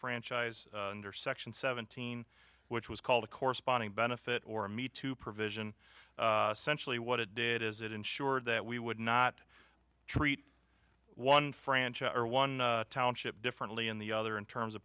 franchise under section seventeen which was called a corresponding benefit or a meet to provision centrally what it did is it ensured that we would not treat one franchise or one township differently in the other in terms of